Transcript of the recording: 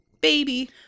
baby